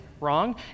wrong